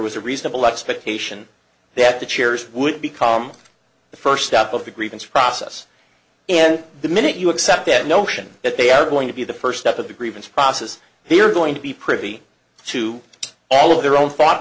was a reasonable expectation that the chairs would become the first step of the grievance process and the minute you accept that notion that they are going to be the first step of the grievance process they are going to be privy to all of their own thought